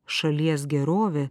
šalies gerovė